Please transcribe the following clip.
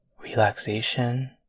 relaxation